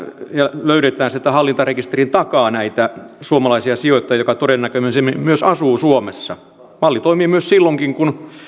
ja löydetään sieltä hallintarekisterin takaa näitä suomalaisia sijoittajia jotka todennäköisimmin myös asuvat suomessa malli toimii silloinkin kun yhtiö